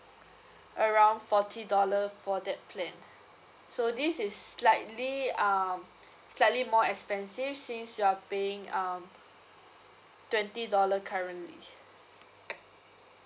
around forty dollar for that plan so this is slightly um slightly more expensive since you're paying um twenty dollar currently